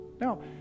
Now